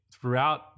throughout